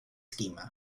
schema